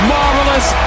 Marvelous